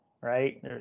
right